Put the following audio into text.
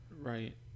Right